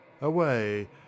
Away